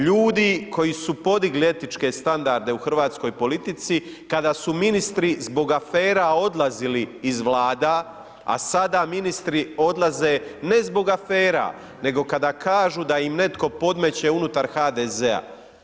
Ljudi koji su podigli etičke standarde u hrvatskoj politici, kada su ministri zbog afera odlazili iz vlada, a sada ministri odlaze ne zbog afera, nego kada kažu da im netko podmeće unutar HDZ-a.